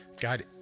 God